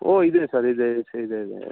ಓ ಇದೆ ಸರ್ ಇದೆ ಇದೆ ಇದೆ ಇದೆ